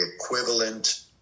equivalent